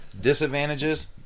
Disadvantages